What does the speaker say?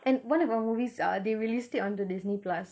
and one of our movies ah they released it onto disney plus